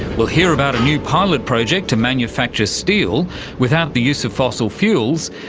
we'll hear about a new pilot project to manufacture steel without the use of fossil fuels.